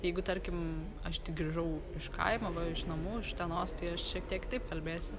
jeigu tarkim aš tik grįžau iš kaimo va iš namų iš utenos tai aš šiek tiek kitaip kalbėsiu